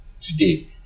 today